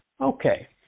Okay